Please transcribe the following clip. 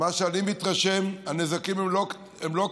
מה שאני מתרשם, הנזקים הם לא קטנים,